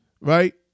right